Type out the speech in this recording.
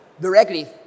directly